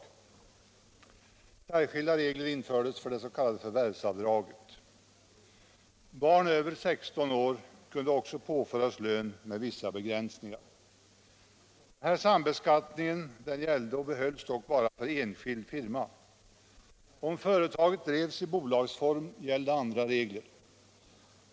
Den här sambeskattningen gällde och behölls dock bara för enskild firma. Om företaget drevs i bolagsform gällde andra regler.